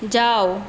যাও